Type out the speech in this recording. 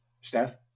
Steph